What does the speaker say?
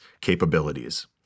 capabilities